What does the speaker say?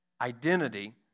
identity